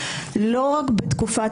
לא רק בתקופת